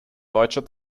deutscher